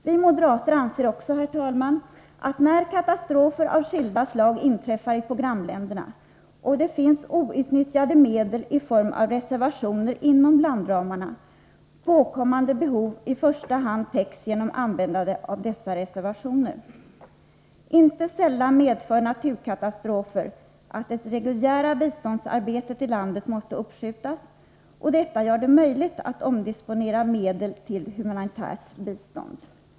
Vi moderater anser också, herr talman, att när katastrofer av skilda slag inträffar i programländerna och det finns outnyttjade medel i form av reservationer inom landramarna, skall påkommande behov i första hand täckas genom användande av dessa reservationer. Inte sällan medför naturkatastrofer att det reguljära biståndsarbetet i landet måste uppskjutas, och detta gör det möjligt att omdisponera medel till humanitärt bistånd.